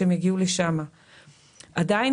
עדיין